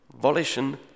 volition